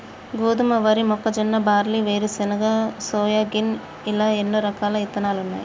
గోధుమ, వరి, మొక్కజొన్న, బార్లీ, వేరుశనగ, సోయాగిన్ ఇలా ఎన్నో రకాలు ఇత్తనాలున్నాయి